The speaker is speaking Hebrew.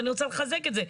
ואני רוצה לחזק את זה.